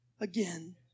again